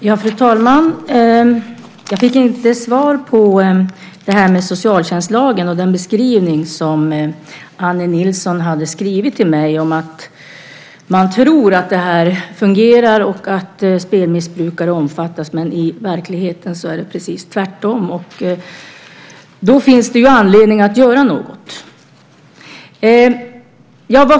Fru talman! Jag fick inte svar på frågan om socialtjänstlagen och den beskrivning som Anne Nilsson hade skrivit till mig om, att man tror att detta fungerar och att spelmissbrukare omfattas. I verkligheten är det precis tvärtom. Då finns det anledning att göra något.